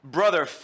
Brother